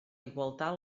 igualtat